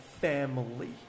family